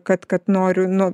kad kad noriu nu